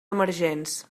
emergents